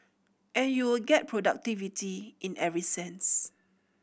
and you would get productivity in every sense